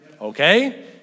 Okay